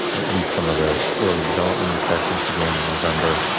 at least some of the early development inspections began in november,